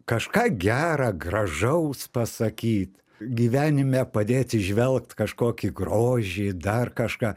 kažką gerą gražaus pasakyt gyvenime padėt įžvelgt kažkokį grožį dar kažką